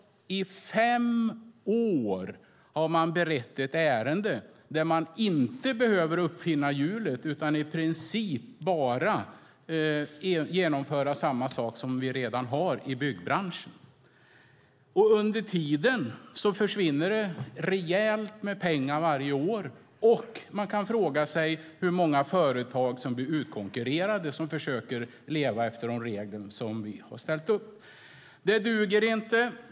I fem år har man alltså berett ett ärende där man inte behöver uppfinna hjulet på nytt. I princip behöver man bara genomföra det som redan finns i byggbranschen. Under tiden försvinner varje år rejält med pengar. Man kan fråga sig hur många de företag är som försöker leva efter de regler som vi satt upp men som blir utkonkurrerade. Det här duger inte!